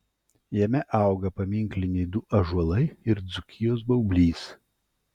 jame auga paminkliniai du ąžuolai ir dzūkijos baublys